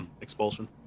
expulsion